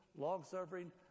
long-suffering